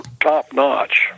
top-notch